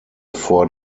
vor